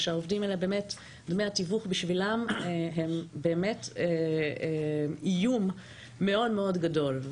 שדמי התיווך האלה בשביל העובדים האלה הם באמת איום מאוד-מאוד גדול.